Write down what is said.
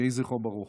יהי זכרו ברוך.